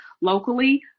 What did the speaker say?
locally